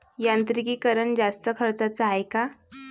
यांत्रिकीकरण जास्त खर्चाचं हाये का?